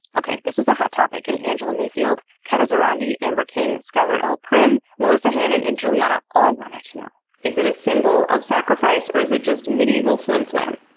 okay, this is a hot topic, and angela mayfield, kata zarandy, amber king, skylar l. primm, melissa hannon, and juliana all wanted to know is it a symbol of sacrifice or is it just medieval flimflam?